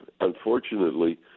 unfortunately